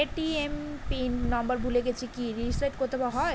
ATM PIN number ভুলে গেছি কি করে রিসেট করতে হয়?